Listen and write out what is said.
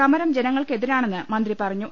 സമരം ജനങ്ങൾക്കെതിരാണെന്ന് മന്ത്രി പറഞ്ഞു